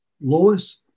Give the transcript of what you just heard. Lois